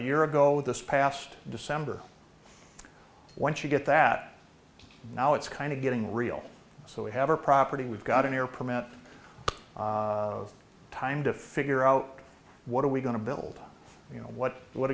year ago this past december once you get that now it's kind of getting real so we have a property we've got an air permit of time to figure out what are we going to build you know what what